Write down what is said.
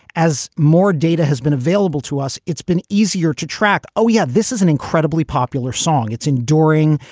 as more data has been available to us. it's been easier to track. oh, yeah. this is an incredibly popular song. it's enduring.